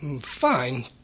Fine